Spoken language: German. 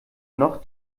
noch